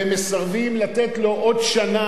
ומסרבים לתת לו עוד שנה,